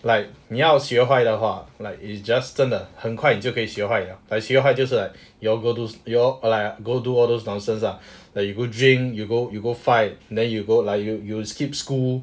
like 你要学坏的话 like is just 真的很快你就可以学坏了 like 学坏就是 like you all go do you all like go do all those nonsense lah like you go drink you go you go fight then you go lah you you skip school